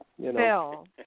Phil